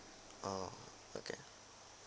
oh okay